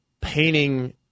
painting